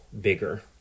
bigger